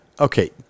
Okay